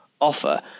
offer